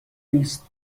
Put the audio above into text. نیست